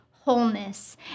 wholeness